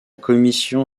commission